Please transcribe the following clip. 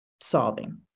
solving